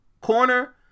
corner